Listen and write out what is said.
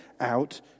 out